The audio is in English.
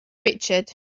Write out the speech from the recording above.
richard